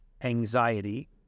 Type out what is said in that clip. anxiety